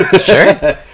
sure